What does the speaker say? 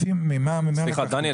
סליחה דניאל,